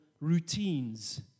routines